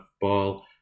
ball